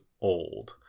old